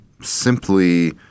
simply